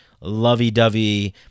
lovey-dovey